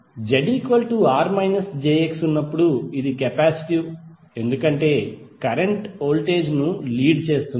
ZR jXఉన్నప్పుడు ఇది capacitive ఎందుకంటే కరెంట్ వోల్టేజ్ ను లీడ్ చేస్తుంది